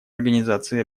организации